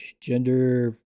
gender